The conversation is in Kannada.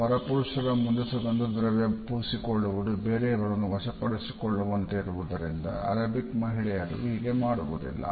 ಪರ ಪುರುಷರ ಮುಂದೆ ಸುಗಂಧ ದ್ರವ್ಯ ಪೂಸಿಕೊಳ್ಳುವುದು ಬೇರೆಯವರನ್ನು ವಶಪಡಿಸಿಕೊಳ್ಳುವಂತೆ ಇರುವುದರಿಂದಅರಾಬಿಕ್ ಮಹಿಳೆಯರುಹೀಗೆ ಮಾಡುವುದಿಲ್ಲ